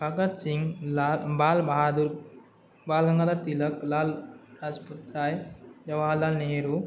Bhagat Singh लाल्बाल् Bahadur बाल्गङ्गाधरतिलक् लालालजपत् Rai Jawaharlal Nehru